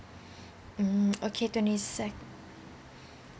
mm okay twenty sec~